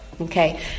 Okay